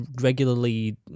regularly